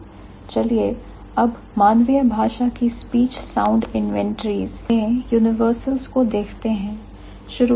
चलिए अब मानवीय भाषा की speech sound inventories speech sound inventories में universals को देखते हैं